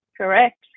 Correct